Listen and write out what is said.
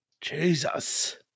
jesus